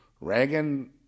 Reagan